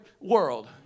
world